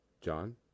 John